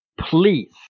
Please